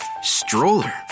Stroller